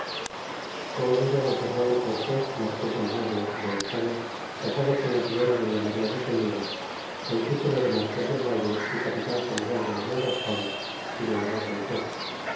como vino don fernando cortés marques del valle de españa casado con la setiora doña ma ia de zúfíia con título de marques del valle y capitan general de la nueva españa y de la mar del sur